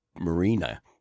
marina